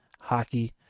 hockey